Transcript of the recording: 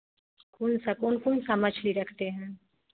कौन सा कौन कौन सा मछली रखते हैं